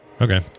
Okay